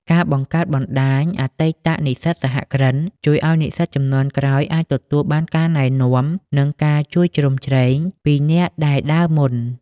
ការបង្កើតបណ្ដាញ "អតីតនិស្សិតសហគ្រិន" ជួយឱ្យនិស្សិតជំនាន់ក្រោយអាចទទួលបានការណែនាំ និងការជួយជ្រោមជ្រែងពីអ្នកដែលដើរមុន។